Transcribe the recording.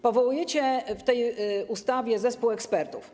Powołujecie w tej ustawie zespół ekspertów.